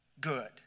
good